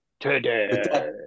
Today